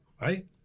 Right